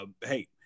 Hey